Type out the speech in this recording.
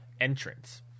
entrance